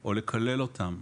או לקלל אותם